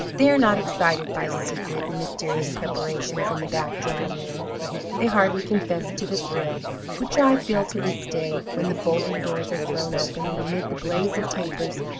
they are not excited by secret and mysterious preparations in the back drawing-room they hardly confess to the thrill which i feel to this day when the folding doors are thrown open, and amid the blaze of tapers,